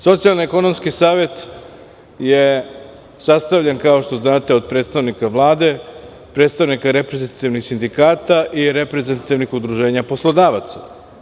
Socijalno-ekonomski savet je sastavljen, kao što znate od predstavnika Vlade, predstavnika reprezentativnih sindikata i reprezentativnih udruženja poslodavaca.